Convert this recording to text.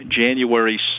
January